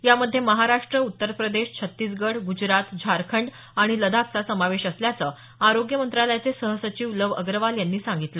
यामध्ये महाराष्ट्र उत्तर प्रदेश छत्तीसगड गुजरात झारखंड आणि लड्डाखचा समावेश असल्याचं आरोग्य मंत्रालयाचे सहसचिव लव अग्रवाल यांनी सांगितलं